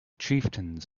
chieftains